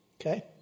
Okay